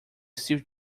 steve